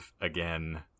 again